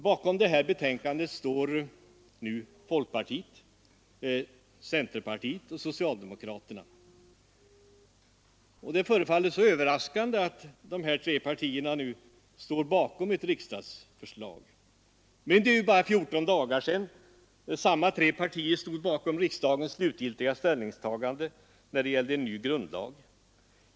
Bakom detta betänkande står nu folkpartiet, centerpartiet och socialdemokraterna. Det anses tydligen överraskande att dessa tre partier nu står bakom ett riksdagsförslag. Men det är bara 14 dagar sedan samma tre partier stod bakom riksdagens slutgiltiga ställningstagande när det gällde en ny grundlag.